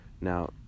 Now